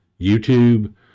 YouTube